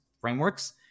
frameworks